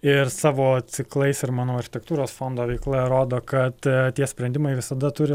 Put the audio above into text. ir savo ciklais ir manau architektūros fondo veikla rodo kad tie sprendimai visada turi